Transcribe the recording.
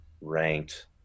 ranked